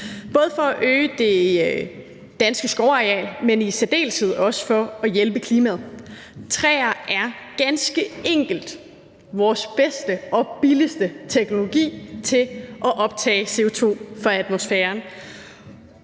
både for at øge det danske skovareal, men i særdeleshed også for at hjælpe klimaet. Træer er ganske enkelt vores bedste og billigste teknologi til at optage CO2 fra atmosfæren.